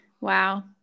Wow